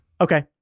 Okay